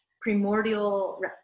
primordial